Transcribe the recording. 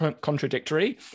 contradictory